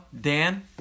Dan